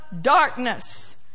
darkness